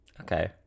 okay